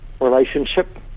relationship